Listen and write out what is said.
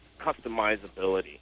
customizability